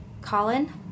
Colin